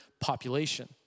population